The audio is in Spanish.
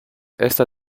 esta